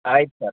ಆಯ್ತು ಸರ್